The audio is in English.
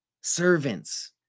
servants